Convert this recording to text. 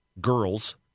girls